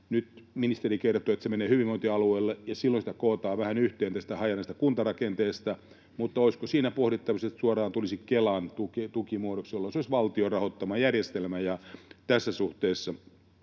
Nyt ministeri kertoo, että se menee hyvinvointialueille ja silloin sitä kootaan vähän yhteen tästä hajanaisesta kuntarakenteesta, mutta olisiko siinä pohdittavissa, että se suoraan tulisi Kelan tukimuodoksi, jolloin se olisi valtion rahoittama järjestelmä ja tässä suhteessa